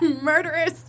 Murderous